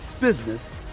business